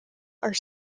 are